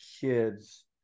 kids